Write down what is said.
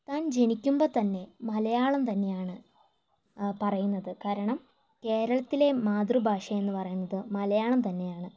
താൻ ജനിക്കുമ്പോൾ തന്നെ മലയാളം തന്നെയാണ് പറയുന്നത് കാരണം കേരളത്തിലെ മാതൃഭാഷയെന്നു പറയുന്നത് മലയാളം തന്നെയാണ്